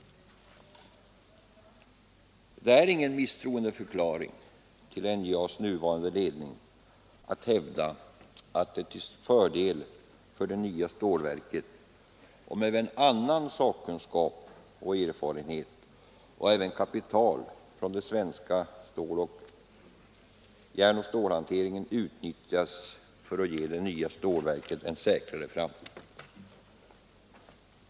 Det är ingen misstroendeförklaring mot NJA:s nuvarande ledning att hävda att det är till fördel för det nya stålverket om också annan sakkunskap och erfarenhet och även kapital från den svenska järnoch stålhanteringen utnyttjas för att ge det nya stålverket en säkrare framtid.